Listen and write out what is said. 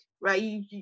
right